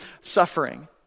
suffering